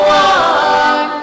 one